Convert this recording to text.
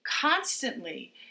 constantly